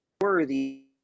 Worthy